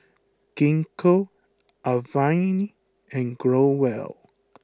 Gingko Avene and Growell